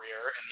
career